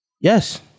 Yes